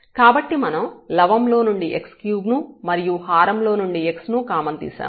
కాబట్టి మనం లవం లోనుండి x3 ను మరియు హారం లో నుండి x ను కామన్ తీశాము